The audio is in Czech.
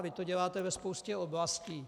Vy to děláte ve spoustě oblastí.